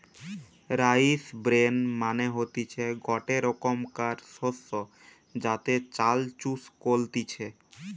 rice bran মানে হতিছে গটে রোকমকার শস্য যাতে চাল চুষ কলতিছে